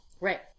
Right